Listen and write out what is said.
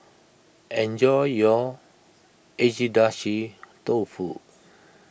enjoy your Agedashi Dofu